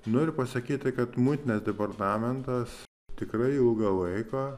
noriu pasakyti kad muitinės departamentas tikrai ilgą laiką